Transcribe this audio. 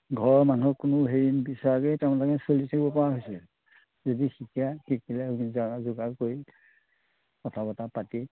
ঘৰৰ মানুহৰ কোনো হেৰি নিবিচাৰাকৈ তেওঁলোকে চলি থাকিব পৰা হৈছে যদি শিকে শিকিলে যা যোগাৰ কৰি কথা বাৰ্তা পাতি